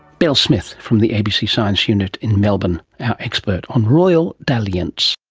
bel smith from the abc science unit in melbourne, our expert on royal dalliance